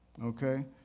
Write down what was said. Okay